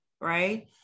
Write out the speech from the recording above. right